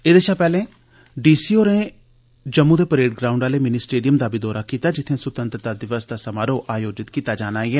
एह्दे शा पैह्ले डिप्टी कमीश्नर होरें जम्मू दे परेड ग्राउंड आले मिनी स्टेडियम दा बी दौरा कीता जित्थे सुतैंत्रता दिवस दा समारो आयोजित कीता जाना ऐ